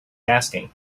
asking